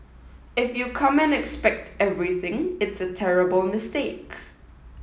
if you come and expect everything it's a terrible mistake